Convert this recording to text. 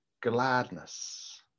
gladness